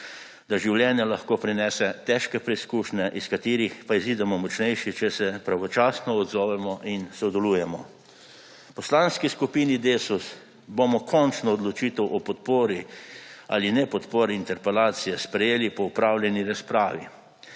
da življenje lahko prinese težke preizkušnje, iz katerih pa izidemo močnejši, če se pravočasno odzovemo in sodelujemo. V Poslanski skupini Desus bomo končno odločitev o podpori ali nepodpori interpelacije sprejeli po opravljeni razpravi.